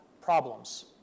problems